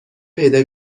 پیدا